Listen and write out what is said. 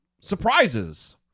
surprises